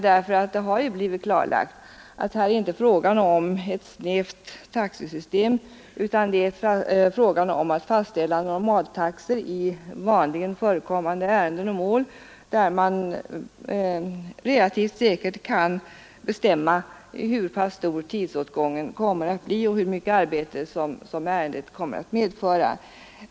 Det har nämligen blivit klarlagt att det här inte är fråga om ett snävt taxesystem, utan det är fråga om att fastställa normaltaxor för vanligen förekommande ärenden och mål, där man relativt säkert kan bestämma hur stor tidsåtgången kommer att bli och hur mycket arbete ärendet kommer att medföra.